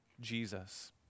Jesus